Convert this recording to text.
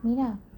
mina